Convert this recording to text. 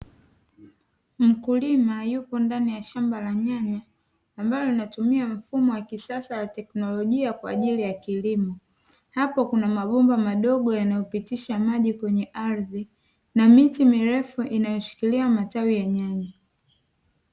Mkulima yupo ndani ya shamba la nyanya ambalo linatumia mfumo wa kisasa wa teknolojia kwa ajili ya kilimo. Hapo kuna mabomba madogo yanayopitisha maji kwenye ardhi na miti mirefu inayoshikilia matawi ya nyanya.